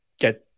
get